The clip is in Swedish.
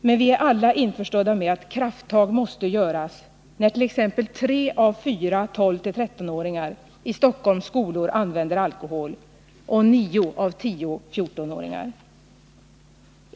Men vi är alla införstådda med att krafttag måste tas när t.ex. tre av fyra 12-13-åringar i Stockholms skolor använder alkohol — och nio av tio 14-åringar.